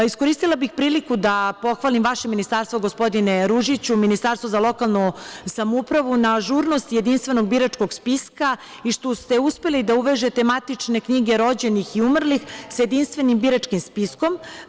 Iskoristila bih priliku da pohvalim vaše ministarstvo, gospodine Ružiću, Ministarstvo za lokalnu samoupravu na ažurnosti jedinstvenog biračkog spiska i što ste uspeli da uvežete matične knjige rođenih i umrlih sa jedinstvenim biračkim spiskom.